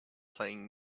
playing